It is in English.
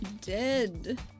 dead